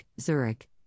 Zurich